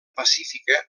pacífica